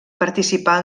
participar